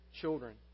children